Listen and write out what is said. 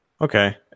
Okay